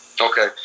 Okay